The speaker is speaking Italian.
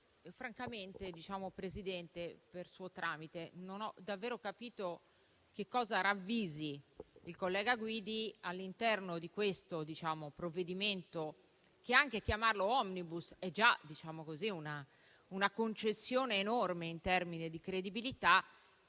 francamente - Presidente, lo dico per suo tramite - non ho davvero capito che cosa ravvisasse all'interno di questo provvedimento (anche chiamarlo *omnibus* è già una concessione enorme in termini di credibilità),